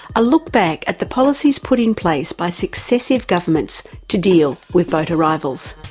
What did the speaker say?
a look back at the policies put in place by successive governments to deal with boat arrivals.